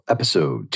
Episode